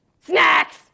Snacks